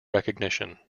recognition